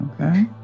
Okay